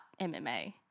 MMA